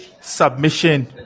submission